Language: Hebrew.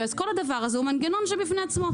אז כל הדבר הזה הוא מנגנון בפני עצמו.